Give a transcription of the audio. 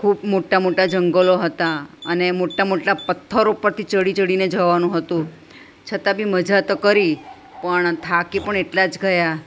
ખૂબ મોટા મોટા જંગલો હતા અને મોટા મોટા પથ્થરો પરથી ચડી ચડીને જવાનું હતું છતાં બી મજા તો કરી પણ થાકી પણ એટલા જ ગયા